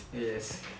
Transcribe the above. yes